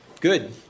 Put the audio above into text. Good